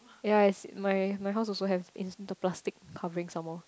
ya it's my my house also have it's the plastic covering some more